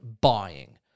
buying